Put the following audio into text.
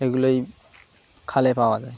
এগুলোই খালে পাওয়া যায়